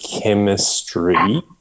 chemistry